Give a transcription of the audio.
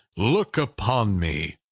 look upon me!